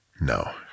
No